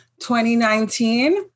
2019